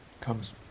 comes